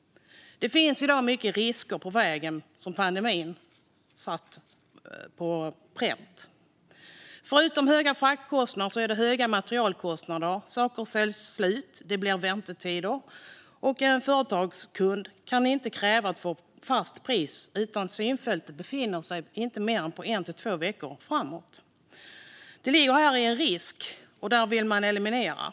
Det finns i dag många risker på vägen som pandemin har satt på pränt. Förutom höga fraktkostnader är det fråga om höga materialkostnader, att saker säljs slut och att det blir väntetider. En företagskund kan inte kräva att få fast pris. Synfältet sträcker sig inte mer än en till två veckor framåt. Här finns en risk, och den vill man eliminera.